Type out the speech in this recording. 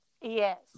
Yes